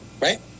right